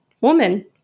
woman